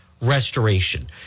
restoration